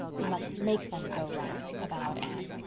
we must make them go right, avowed anne.